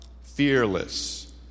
fearless